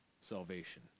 salvation